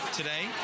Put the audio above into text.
today